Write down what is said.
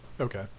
okay